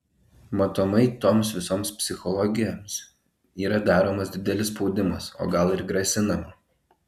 matomai toms visoms psichologėms yra daromas didelis spaudimas o gal ir grasinama